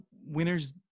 winner's